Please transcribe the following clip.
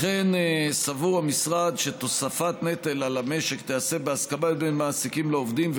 לכן סבור המשרד שתוספת נטל על המשק תיעשה בהסכמה בין מעסיקים לעובדים,